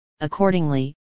accordingly